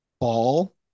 ball